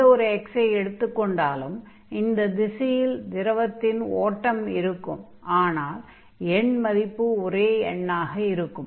எந்த ஒரு x ஐ எடுத்துக் கொண்டாலும் இந்த திசையில் திரவத்தின் ஓட்டம் இருக்கும் ஆனால் எண்மதிப்பு ஒரே எண்ணாக இருக்கும்